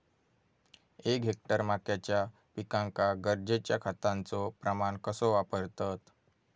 एक हेक्टर मक्याच्या पिकांका गरजेच्या खतांचो प्रमाण कसो वापरतत?